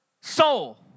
soul